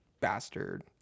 bastard